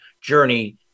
journey